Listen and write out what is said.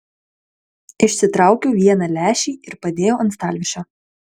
išsitraukiau vieną lęšį ir padėjau ant stalviršio